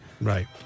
Right